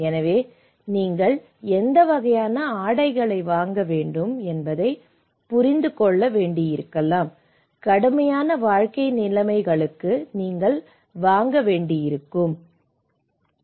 எனவே நீங்கள் எந்த வகையான ஆடைகளை வாங்க வேண்டும் என்பதை நீங்கள் புரிந்து கொள்ள வேண்டியிருக்கலாம் கடுமையான வாழ்க்கை நிலைமைகளுக்கு நீங்கள் வாங்க வேண்டியிருக்கும்